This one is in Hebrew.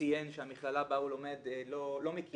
ציין שהמכללה בה הוא לומד לא מכירה את החוק.